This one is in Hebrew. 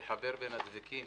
לחבר בין הדבקים